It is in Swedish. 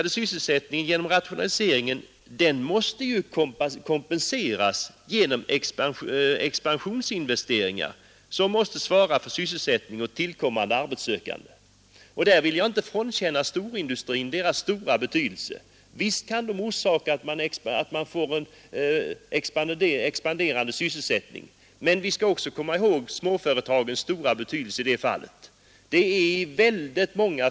Den genom rationaliseringen minskade sysselsättningen måste kompenseras genom expansionsinvesteringar, som måste svara för sysselsättningen åt kommande arbetssökande. Och därvidlag vill jag inte frånkänna storindustrin stora betydelse; visst kan den bidraga till expanderande sysselsättning, men vi skall också komma ihåg småföretagens stora betydelse i det fallet.